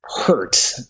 hurt